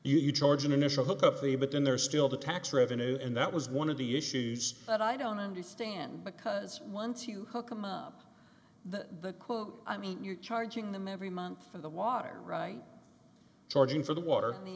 you you charge an initial look up the but then there's still the tax revenue and that was one of the issues that i don't understand because once you hook them up the quote i mean you're charging them every month for the water right charging for the water